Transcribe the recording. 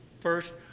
first